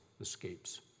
escapes